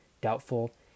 doubtful